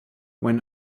when